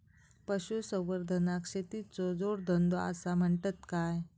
पशुसंवर्धनाक शेतीचो जोडधंदो आसा म्हणतत काय?